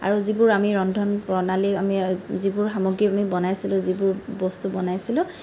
আৰু যিবোৰ আমি ৰন্ধন প্ৰণালীৰ আমি যিবোৰ সামগ্ৰী আমি বনাইছিলোঁ যিবোৰ বস্তু বনাইছিলোঁ